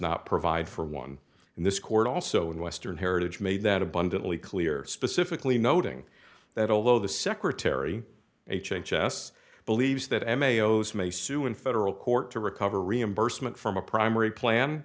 not provide for one and this court also in western heritage made that abundantly clear specifically noting that although the secretary of h h s believes that m a o s may sue in federal court to recover reimbursement from a primary plan